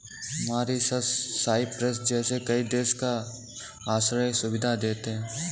Mauritius, Cyprus जैसे कई देश कर आश्रय की सुविधा देते हैं